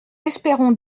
espérons